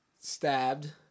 stabbed